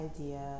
idea